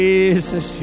Jesus